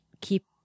keep